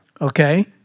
Okay